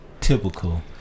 typical